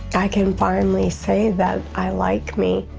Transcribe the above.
i can finally say, that i like me.